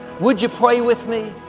would you pray with me?